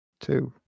two